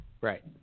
right